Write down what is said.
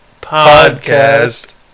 podcast